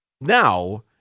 Now